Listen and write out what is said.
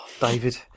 David